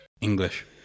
English